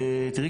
תראי,